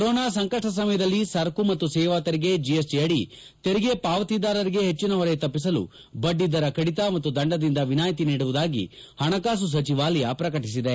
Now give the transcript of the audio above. corona ಸಂಕಷ್ಷ ಸಮಯದಲ್ಲಿ ಸರಕು ಮತ್ತು ಸೇವಾ ತೆರಿಗೆ ಜಿಎಸ್ಟ ಅಡಿ ತೆರಿಗೆ ಪಾವತಿದಾರರಿಗೆ ಹೆಚ್ಚಿನ ಹೊರೆ ತಪ್ಪಿಸಲು ಬಡ್ಡಿ ದರ ಕಡಿತ ಮತ್ತು ದಂಡದಿಂದ ವಿನಾಯಿತಿ ನೀಡುವುದಾಗಿ ಹಣಕಾಸು ಸಚಿವಾಲಯ ಪ್ರಕಟಿಸಿದೆ